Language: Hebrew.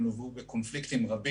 התוכניות האלה לוו בקונפליקטים רבים,